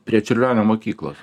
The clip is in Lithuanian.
prie čiurlionio mokyklos